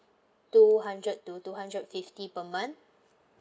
two hundred to two hundred fifty per month